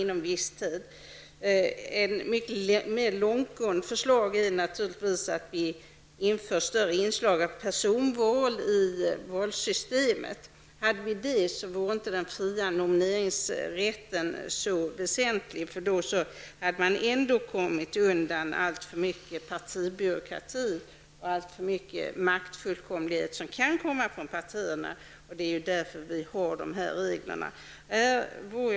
Ett mycket mer långtgående förslag är naturligtvis att införa ett större inslag av personval i valsystemet. I så fall vore inte den fria nomineringsrätten så väsentlig, eftersom man på så sätt ändå hade sluppit ifrån en situation med alltför mycket partibyråkrati och alltför mycket maktfullkomlighet, vilket kan finnas hos partierna. Detta är ju anledningen till att vi har dessa regler.